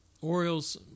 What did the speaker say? Orioles